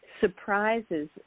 surprises